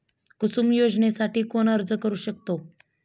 कुसुम योजनेसाठी कोण अर्ज करू शकतो?